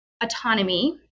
autonomy